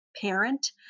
Parent